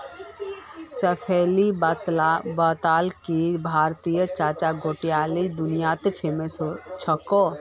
शेफाली बताले कि भारतेर चाय गोट्टे दुनियात फेमस छेक